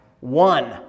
one